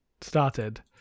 started